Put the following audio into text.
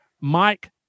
Mike